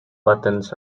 buttons